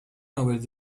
nobel